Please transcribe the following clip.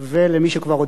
ולמי שכבר הודית,